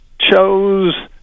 chose